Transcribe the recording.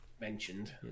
mentioned